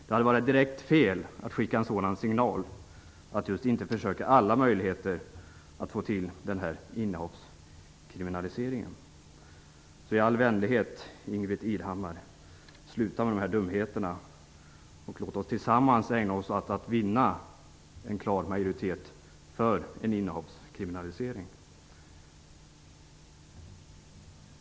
Det hade varit helt fel att skicka ut signalen att man inte på alla möjliga sätt försöker få till stånd en innehavskriminalisering. I all vänlighet ber jag Ingbritt Irhammar att sluta med dessa dumheter. Låt oss tillsammans ägna oss åt att vinna en klar majoritet för innehavskriminalsering.